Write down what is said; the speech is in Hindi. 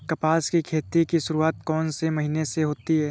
कपास की खेती की शुरुआत कौन से महीने से होती है?